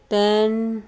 ਤਿੰਨ